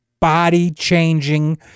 body-changing